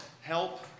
help